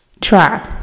Try